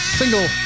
single